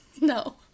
no